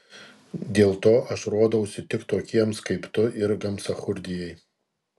dėl to aš rodausi tik tokiems kaip tu ir gamsachurdijai